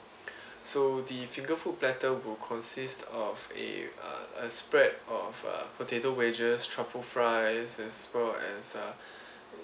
so the finger food platter would consist of a err a spread of uh potato wedges truffle fries as well as uh